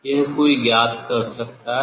यह कोई ज्ञात कर सकता है